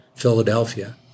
Philadelphia